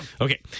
Okay